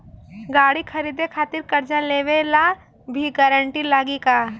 गाड़ी खरीदे खातिर कर्जा लेवे ला भी गारंटी लागी का?